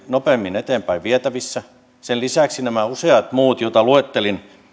nopeimmin eteenpäinvietävissä sen lisäksi nämä useat muut joita luettelin